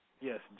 yes